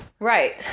Right